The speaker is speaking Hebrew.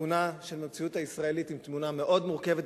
התמונה של המציאות הישראלית היא תמונה מאוד מורכבת,